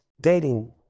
dating